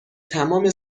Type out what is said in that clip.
تمام